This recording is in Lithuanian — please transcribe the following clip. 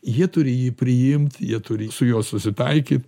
jie turi jį priimt jie turi su juo susitaikyt